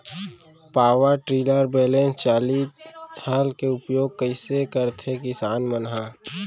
Power tiller balance चालित हल के उपयोग कइसे करथें किसान मन ह?